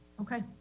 okay